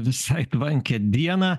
visai tvankią dieną